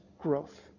growth